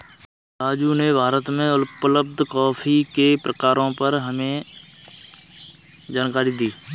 राजू ने भारत में उपलब्ध कॉफी के प्रकारों पर हमें जानकारी दी